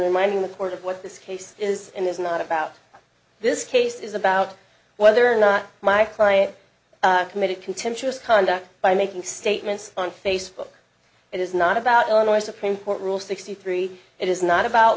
ordinary mining the court of what this case is and is not about this case is about whether or not my client committed contemptuous conduct by making statements on facebook it is not about illinois supreme court rule sixty three it is not about